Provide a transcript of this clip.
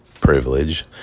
privilege